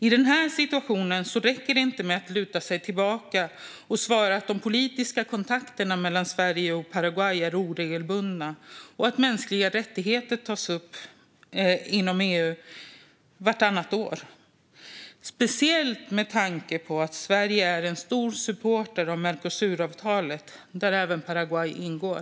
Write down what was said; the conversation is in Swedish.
I den här situationen räcker det inte att luta sig tillbaka och svara att de politiska kontakterna mellan Sverige och Paraguay är oregelbundna och att mänskliga rättigheter i Paraguay tas upp inom EU vartannat år - särskilt med tanke på att Sverige är en stor supporter av Mercosuravtalet, där även Paraguay ingår.